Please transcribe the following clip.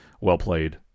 well-played